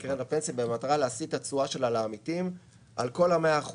קרן הפנסיה במטרה להשיא את התשואה שלה לעמיתים על כל ה-100%,